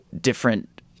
different